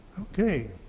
Okay